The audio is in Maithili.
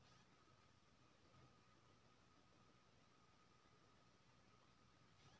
भारत मे संपत्ति पर होए बला फायदा पर संपत्ति कर सलियाना लगैत छै